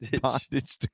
bondage